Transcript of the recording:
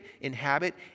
inhabit